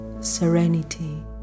serenity